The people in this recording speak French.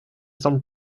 semble